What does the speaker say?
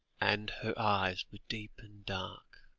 and her eyes were deep and dark,